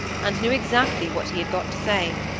and knew exactly what he had got to say.